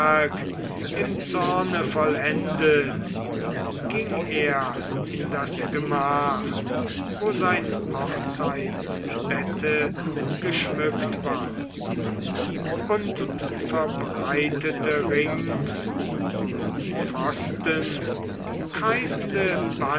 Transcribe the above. im zorne vollendet ging er in das gemach wo sein hochzeitbette geschmückt war und verbreitete rings um die pfosten kreisende